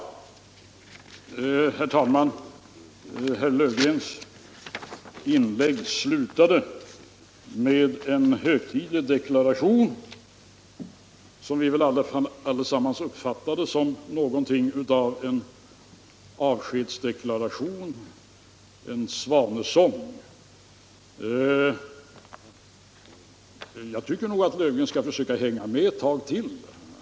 Herr talman! Herr Löfgren kom till sist i sitt inlägg med en högtidlig deklaration som vi väl alla uppfattade som något av ett avsked, en svanesång. Jag tycker nog att herr Löfgren skall försöka hänga med ett tag till.